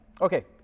okay